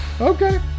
Okay